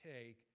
take